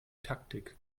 taktik